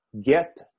get